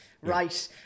right